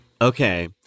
Okay